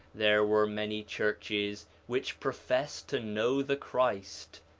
there were many churches which professed to know the christ,